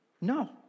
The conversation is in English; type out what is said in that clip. No